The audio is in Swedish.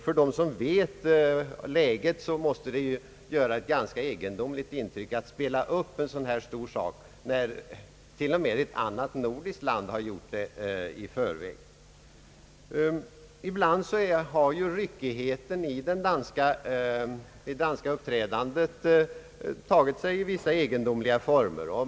För dem som vet läget måste det göra ett ganska egendomligt intryck att man från dansk sida spelar upp en sådan här sak som ett stort initiativ, när ett annat nordiskt land redan tidigare handlat i saken. Ibland har ryckigheten i Danmarks uppträdande i FN tagit sig vissa egendomliga former.